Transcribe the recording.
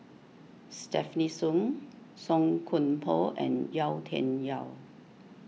Stefanie Sun Song Koon Poh and Yau Tian Yau